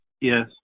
yes